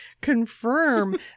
confirm